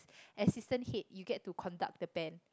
assistant head you get to conduct the band